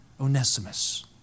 Onesimus